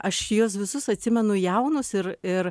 aš juos visus atsimenu jaunus ir ir